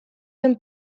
den